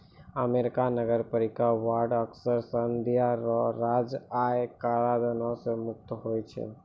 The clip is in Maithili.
अमेरिका नगरपालिका बांड अक्सर संघीय आरो राज्य आय कराधानो से मुक्त होय छै